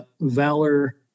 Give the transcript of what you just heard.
Valor